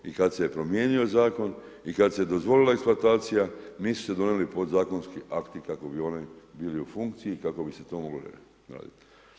I to i kad se je promijenio Zakon i kada se je dozvolila eksploatacija nisu se donijeli podzakonski akti kako bi oni bili u funkciji i kako bi se to moglo raditi.